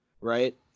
Right